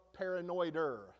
paranoider